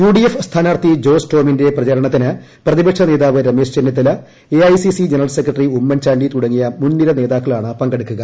U D F സ്ഥാനാർത്ഥി ജോസ് ടോമിന്റെ പ്രചരണത്തിന് പ്രതിപക്ഷ നേതാവ് Ramesh Chennithala A I C C general secretary Oommen Chandy തുടങ്ങിയ മുൻനിര നേതാക്കളാണ് പങ്കെടുക്കുക